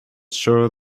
sure